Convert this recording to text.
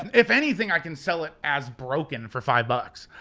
if anything, i can sell it as broken for five bucks!